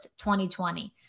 2020